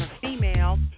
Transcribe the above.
female